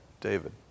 David